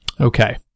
Okay